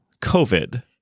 COVID